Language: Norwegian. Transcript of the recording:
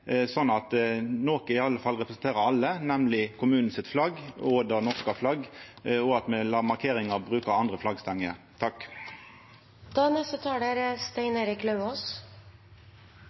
sånn at noko i alle fall representerer alle, nemleg flagget til kommunen og det norske flagget, og at me lar markeringar bruka andre flaggstenger.